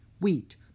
wheat